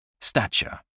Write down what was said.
Stature